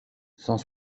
cent